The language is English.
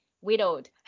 widowed